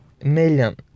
million